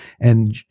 And-